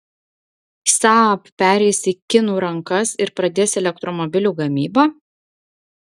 saab pereis į kinų rankas ir pradės elektromobilių gamybą